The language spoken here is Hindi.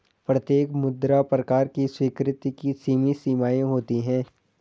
प्रत्येक मुद्रा प्रकार की स्वीकृति की सीमित सीमाएँ होती हैं